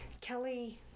Kelly